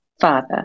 father